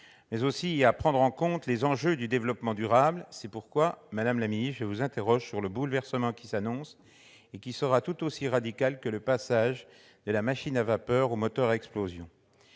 mais aussi à prendre en compte les enjeux du développement durable. C'est pourquoi, madame la secrétaire d'État, je vous interroge sur le bouleversement qui s'annonce et qui sera tout aussi radical que le passage de la machine à vapeur au moteur à explosion.